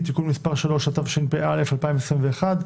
היום יום רביעי, 18 באוגוסט 2021,